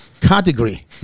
Category